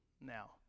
now